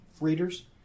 readers